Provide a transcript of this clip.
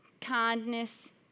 kindness